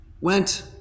went